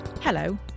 Hello